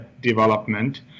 development